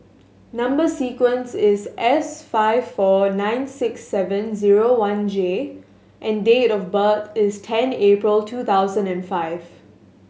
number sequence is S five four nine six seven zero one J and date of birth is ten April two thousand and five